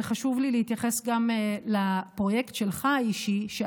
וחשוב לי להתייחס גם לפרויקט האישי שלך,